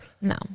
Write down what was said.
No